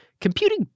Computing